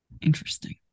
Interesting